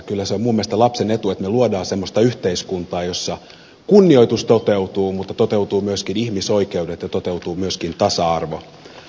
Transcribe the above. kyllä se on minun mielestäni lapsen etu että me luomme semmoista yhteiskuntaa jossa kunnioitus toteutuu mutta toteutuvat myöskin ihmisoikeudet ja toteutuu myöskin tasa arvo